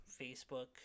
Facebook